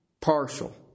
Partial